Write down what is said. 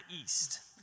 East